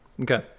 Okay